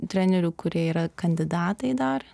trenerių kurie yra kandidatai dar